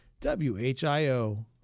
WHIO